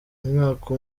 umwaka